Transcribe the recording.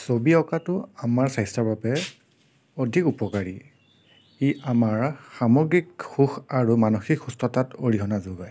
ছবি অঁকাটো আমাৰ স্বাস্থ্য়ৰ বাবে অতি উপকাৰী ই আমাৰ সামগ্ৰীক সুখ আৰু মানসিক সুস্থতাত অৰিহণা যোগায়